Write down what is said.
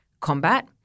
combat